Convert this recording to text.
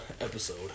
episode